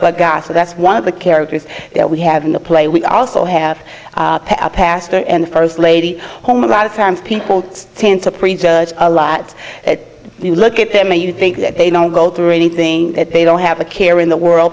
but god so that's one of the characters that we have in the play we also have a pastor and first lady home a lot of times people tend to prejudge a lot you look at them and you think that they don't go through anything that they don't have a care in the world